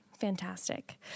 fantastic